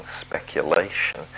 speculation